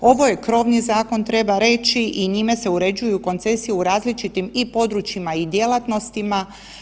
Ovo je krovni zakon treba reći i njime se uređuju koncesije u različitim i područjima i djelatnostima.